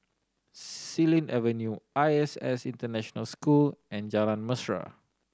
Xilin Avenue I S S International School and Jalan Mesra